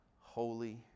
Holy